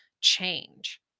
change